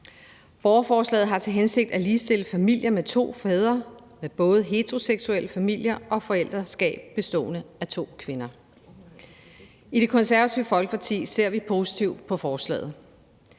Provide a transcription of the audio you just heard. Borgerforslaget har til hensigt at ligestille familier med to fædre med både heteroseksuelle familier og forældreskab bestående af to kvinder. I Det Konservative Folkeparti ser vi positivt på forslaget.